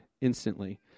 instantly